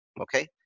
Okay